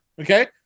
okay